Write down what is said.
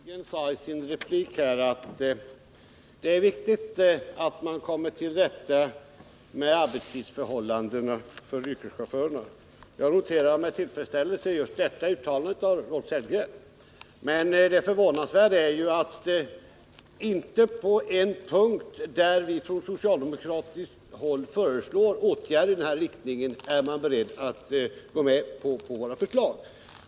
Herr talman! Rolf Sellgren sade i sin replik att det är viktigt att man kommer till rätta med yrkeschaufförernas arbetstidsförhållanden. Jag noterar detta uttalande av Rolf Sellgren med tillfredsställelse. Men det förvånansvärda är att utskottsmajoriteten inte på någon enda punkt där vi från socialdemokratiskt håll föreslår åtgärder i den här riktningen är beredd att gå med på dessa förslag.